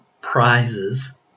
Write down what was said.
prizes